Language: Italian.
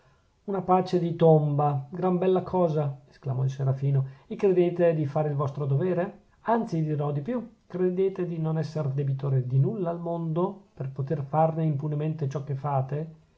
una pace di tomba gran bella cosa esclamò il serafino e credete di fare il vostro dovere anzi dirò di più credete di non esser debitore di nulla al mondo per poter farne impunemente ciò che fate